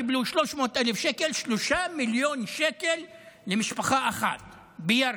קיבל 300,000 שקלים 3 מיליון שקלים למשפחה אחת בירכא.